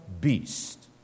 beast